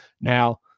Now